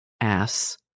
Ass